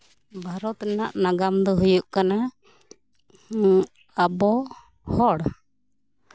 ᱵᱷᱟᱨᱚᱛ ᱨᱮᱱᱟᱜ ᱱᱟᱜᱟᱢ ᱫᱚ ᱦᱩᱭᱩᱜ ᱠᱟᱱᱟ ᱟᱵᱚ ᱦᱚᱲ